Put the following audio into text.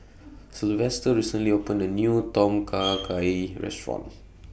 Sylvester recently opened A New Tom Kha Gai Restaurant